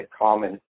common